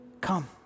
come